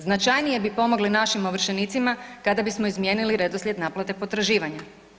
Značajnije bi pomogli našim ovršenicima kada bismo izmijenili redoslijed naplate potraživanja.